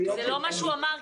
זה לא מה שהוא אמר,